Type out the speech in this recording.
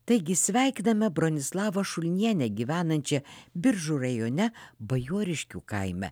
taigi sveikiname bronislavą šulnienę gyvenančią biržų rajone bajoriškių kaime